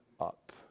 up